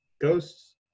ghosts